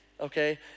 okay